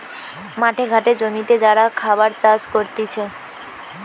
মাঠে ঘাটে জমিতে যারা খাবার চাষ করতিছে